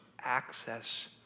access